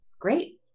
great